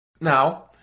Now